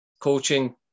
coaching